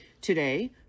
Today